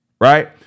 right